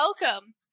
welcome